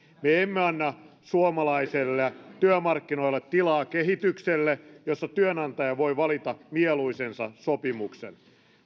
me emme anna suomalaisilla työmarkkinoilla tilaa kehitykselle jossa työnantaja voi valita mieluisensa sopimuksen